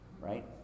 Right